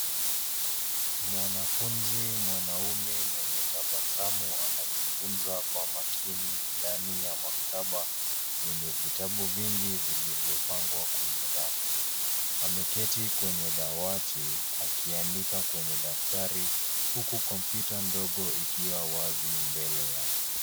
Mwanafunzi mwanaume mwenye tabasamu anajifunza kwa makini ndani ya maktaba yenye vitabu vingi vilivyopangwa kwa rafu. Ameketi kwenye dawati akiandika kwenye daftari huku kompyuta ndogo ikiwa wazi mbele yake.